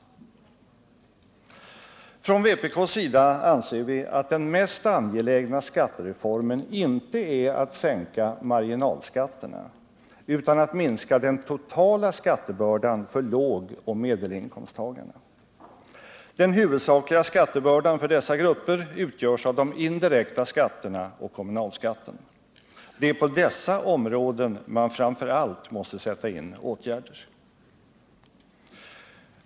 Vpk anser att den mest angelägna skattereformen inte är att sänka marginalskatterna utan att minska den totala skattebördan för lågoch medelinkomsttagarna. Den huvudsakliga skattebördan för dessa grupper utgörs av de indirekta skatterna och kommunalskatten. Det är framför allt på dessa områden man måste sätta in åtgärder.